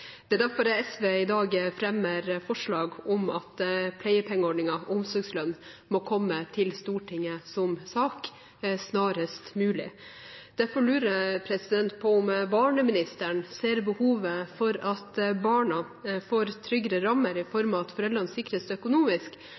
Det er derfor SV i dag fremmer forslag om at pleiepengeordningen, omsorgslønn, må komme til Stortinget som sak snarest mulig. Derfor lurer jeg på om barneministeren ser behovet for at barna får tryggere rammer i form av at foreldrene sikres økonomisk